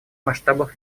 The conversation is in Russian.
масштабов